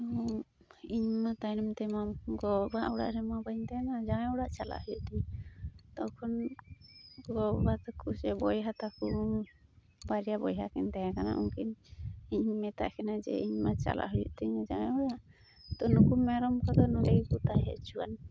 ᱛᱳ ᱤᱧᱢᱟ ᱛᱟᱭᱱᱚᱢ ᱛᱮᱢᱟ ᱜᱚᱼᱵᱟᱵᱟ ᱚᱲᱟᱜ ᱨᱮᱢᱟ ᱵᱟᱹᱧ ᱛᱟᱦᱮᱱᱟ ᱡᱟᱶᱟᱭ ᱚᱲᱟᱜ ᱪᱟᱞᱟᱜ ᱦᱩᱭᱩᱜ ᱛᱤᱧᱟᱹ ᱛᱚᱠᱷᱚᱱ ᱜᱚᱼᱵᱟᱵᱟ ᱛᱟᱠᱚ ᱥᱮ ᱵᱚᱭᱦᱟ ᱛᱟᱠᱚ ᱵᱟᱨᱭᱟ ᱵᱚᱭᱦᱟᱠᱤᱱ ᱛᱟᱦᱮᱸ ᱠᱟᱱᱟ ᱩᱱᱠᱤᱱ ᱤᱧ ᱢᱮᱛᱟᱜ ᱠᱤᱱᱟᱹ ᱡᱮ ᱤᱧ ᱪᱟᱞᱟᱜ ᱦᱩᱭᱩᱜᱛᱤᱧ ᱡᱟᱶᱟᱭ ᱚᱲᱟᱜ ᱛᱳ ᱤᱧᱨᱮᱱ ᱢᱮᱨᱚᱢ ᱠᱚᱫᱚ ᱱᱚᱸᱰᱮ ᱜᱮᱠᱚ ᱛᱟᱦᱮᱸ ᱚᱪᱚᱣᱟᱱ